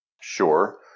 Sure